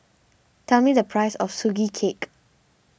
tell me the price of Sugee Cake